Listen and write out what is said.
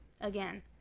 again